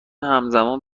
همزمان